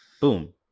Boom